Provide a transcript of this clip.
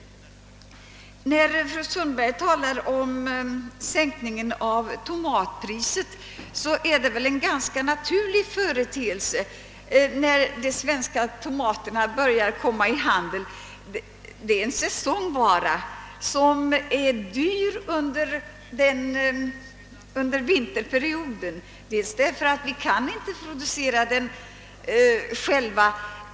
Fru Sundberg talade vidare om sänkningen av tomatpriset. Det är väl en ganska naturlig företeelse att sådana sänkningar sker när de svenska tomaterna börjar komma i handeln. Tomaterna är en säsongvara som är dyr under vinterperioden, därför att vi inte kan producera den själva då.